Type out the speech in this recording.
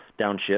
downshift